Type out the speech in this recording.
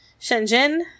Shenzhen